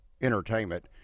entertainment